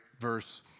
verse